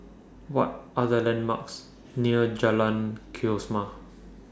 What Are The landmarks near Jalan Kesoma